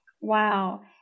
Wow